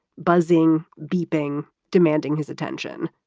buzzing, beeping, demanding his attention.